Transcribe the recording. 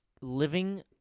living